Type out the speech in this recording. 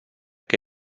que